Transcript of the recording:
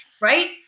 right